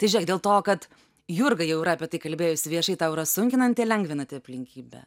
tai žiūrėk dėl to kad jurga jau yra apie tai kalbėjusi viešai tau yra sunkinanti lengvinanti aplinkybė